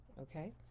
okay